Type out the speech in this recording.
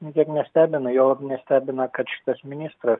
nė kiek nestebina juolab nestebina kad šitas ministras